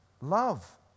love